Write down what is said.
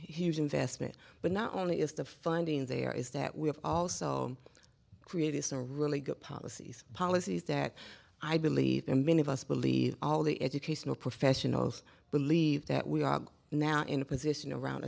huge investment but not only is the funding there is that we have also create is a really good policies policies that i believe many of us believe all the educational professionals believe that we log now in a position around